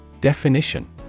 Definition